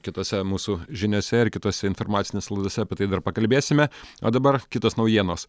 kitose mūsų žiniose ir kitose informacinėse laidose apie tai dar pakalbėsime o dabar kitos naujienos